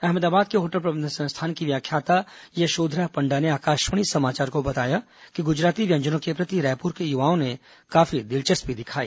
अहमदाबाद के होटल प्रबंध संस्थान की व्याख्याता यशोधरा पण्डा ने आकाशवाणी समाचार को बताया कि गुजराती व्यंजनों के प्रति रायपुर के युवाओं ने काफी दिलचस्पी दिखाई